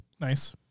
Nice